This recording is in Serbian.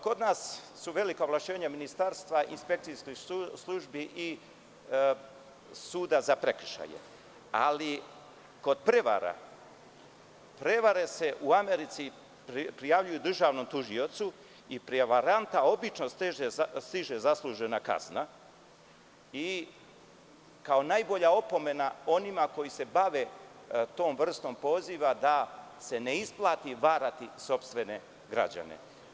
Kod nas su velika ovlašćenja ministarstva i inspekcijskih službi i suda za prekršaje, ali kod prevara, prevare se u Americi prijavljuju državnom tužiocu i prevaranta obično stiže zaslužena kazna i kao najbolja opomena onima koji se bave tom vrstom poziva da se ne isplati varati sopstvene građane.